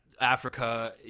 Africa